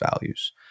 values